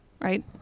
right